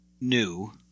new